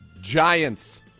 Giants